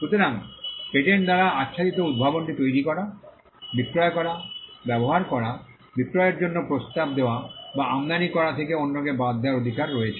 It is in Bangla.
সুতরাং পেটেন্ট দ্বারা আচ্ছাদিত উদ্ভাবনটি তৈরি করা বিক্রয় করা ব্যবহার করা বিক্রয়ের জন্য প্রস্তাব দেওয়া বা আমদানি করা থেকে অন্যকে বাদ দেওয়ার অধিকার রয়েছে